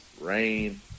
rain